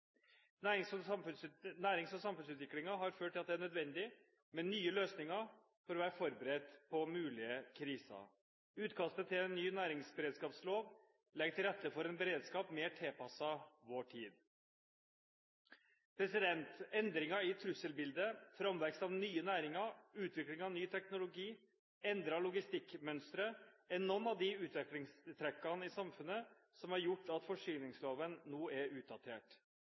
Nærings- og samfunnsutviklingen har ført til at det er nødvendig med nye løsninger for å være forberedt på mulige kriser. Utkastet til ny næringsberedskapslov legger til rette for en beredskap mer tilpasset vår tid. Endringer i trusselbildet, framveksten av nye næringer, utviklingen av ny teknologi og endrede logistikkmønstre er noen av de utviklingstrekkene i samfunnet som har gjort at forsyningsloven nå er utdatert.